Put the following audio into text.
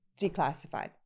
declassified